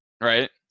Right